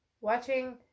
watching